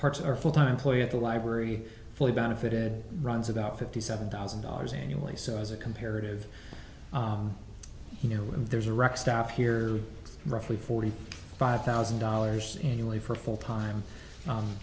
parts are full time employee at the library fully benefited runs about fifty seven thousand dollars annually so as a comparative you know when there's a rock stop here roughly forty five thousand dollars annually for full time